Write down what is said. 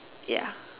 ya